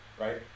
Right